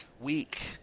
week